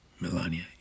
Melania